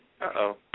Uh-oh